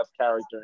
character